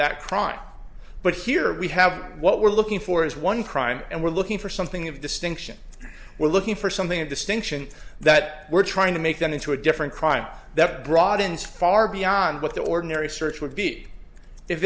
that crime but here we have what we're looking for is one crime and we're looking for something of a distinction we're looking for something a distinction that we're trying to make them into a different crime that broadens far beyond what the ordinary search would be if